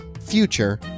Future